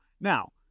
Now